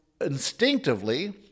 instinctively